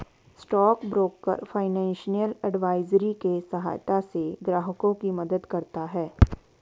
stock broker financial advisory के सहायता से ग्राहकों की मदद करता है